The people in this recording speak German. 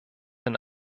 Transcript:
den